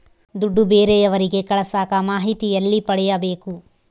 ದುಡ್ಡು ಬೇರೆಯವರಿಗೆ ಕಳಸಾಕ ಮಾಹಿತಿ ಎಲ್ಲಿ ಪಡೆಯಬೇಕು?